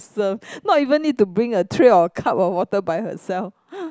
serve no even need to bring the tray or cup or water by herself